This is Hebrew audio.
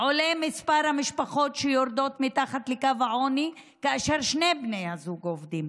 עולה מספר המשפחות שיורדות מתחת לקו העוני כאשר שני בני הזוג עובדים.